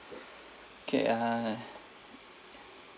okay uh